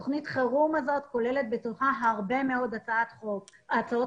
תוכנית החירום הזאת כוללת בתוכה הרבה מאוד הצעות חקיקה,